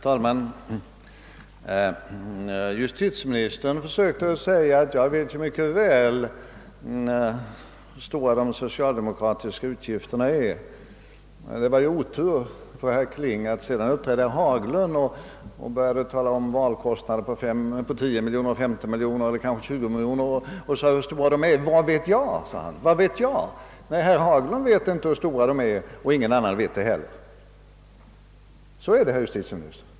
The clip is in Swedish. Herr talman! Justitieministern försökte göra gällande, att jag mycket väl vet hur stora de socialdemokratiska utgifterna är. Det var ju otur för herr Kling, att herr Haglund sedan uppträdde och började tala om valkostnader på 10 miljoner, 15 miljoner eller kanske 20 miljoner. »Vad vet jag?», sade herr Haglund. Nej, varken herr Haglund eller någon annan wvet hur stora dessa samlade kostnader är. Så är det, herr justitieminister!